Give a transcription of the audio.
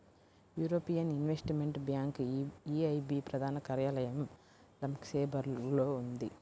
European investment bank EIB ప్రధాన కార్యాలయం లక్సెంబర్గ్లో ఉంది